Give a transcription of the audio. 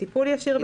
טיפול ישיר בחולה,